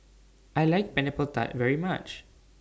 I like Pineapple Tart very much